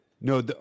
no